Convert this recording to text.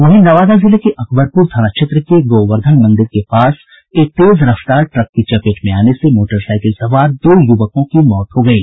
वहीं नवादा जिले के अकबरपुर थाना क्षेत्र के गोवर्द्वन मंदिर के पास एक तेज रफ्तार ट्रक की चपेट में आने से मोटरसाईकिल सवार दो युवकों की मौत हो गयी